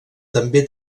també